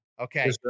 Okay